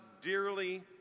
dearly